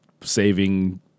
saving